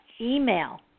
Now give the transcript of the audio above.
Email